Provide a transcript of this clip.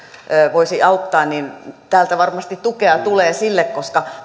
voisi auttaa niin täältä varmasti tukea tulee sille koska